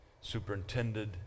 superintended